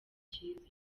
cyiza